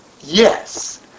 Yes